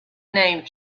named